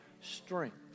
strength